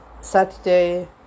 Saturday